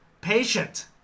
patient